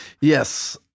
yes